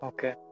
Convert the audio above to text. Okay